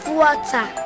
water